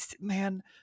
man